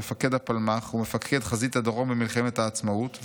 מפקד הפלמ"ח ומפקד חזית הדרום במלחמת העצמאות,